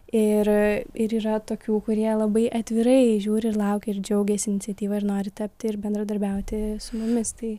ir ir yra tokių kurie labai atvirai žiūri ir laukia ir džiaugiasi iniciatyva ir nori tapti ir bendradarbiauti su mumis tai